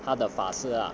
他的法式 ah